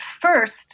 first –